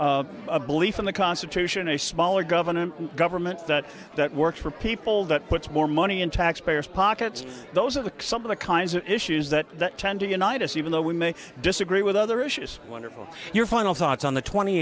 a belief in the constitution a smaller government government that works for people that puts more money in taxpayers pockets those are the some of the kinds of issues that tend to unite us even though we may disagree with other issues wonderful your final thoughts on the twenty